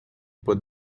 put